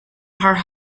are